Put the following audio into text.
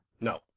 No